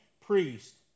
priest